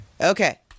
Okay